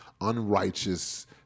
unrighteous